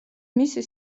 მისი